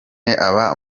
aba